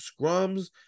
scrums